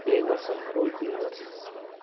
play गर्छ role play गर्छ